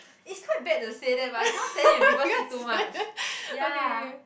is quite bad to say that but I cannot stand it when people sleep too much ya